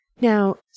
Now